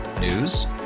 News